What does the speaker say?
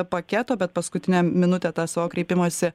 paketo bet paskutinę minutę tą savo kreipimąsi